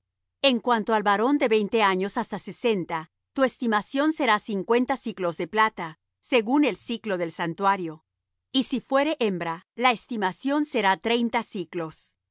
en cuanto al varón de veinte años hasta sesenta tu estimación será cincuenta siclos de plata según el siclo del santuario y si fuere hembra la estimación será treinta siclos